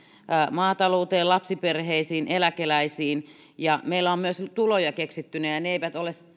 maatalouteen lapsiperheisiin eläkeläisiin ja meillä on myös tuloja keksittynä ne eivät ole